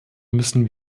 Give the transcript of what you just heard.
müssen